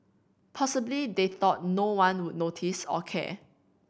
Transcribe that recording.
possibly they thought no one would notice or care